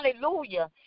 Hallelujah